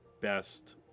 best